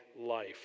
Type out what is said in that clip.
life